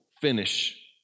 Finish